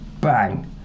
bang